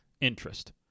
interest